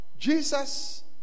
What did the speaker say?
Jesus